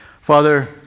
Father